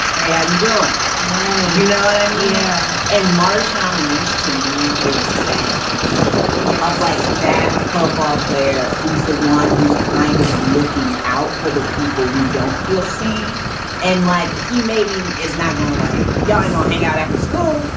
hey, how you doing? you right. you know what i mean? yeah. and marshawn lynch to me, gives that energy. yeah. i've liked that football player who's the one who's kind of looking out for the people who don't feel see and like he maybe is not going like young. i'll hang out after school,